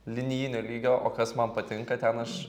linijinio lygio o kas man patinka ten aš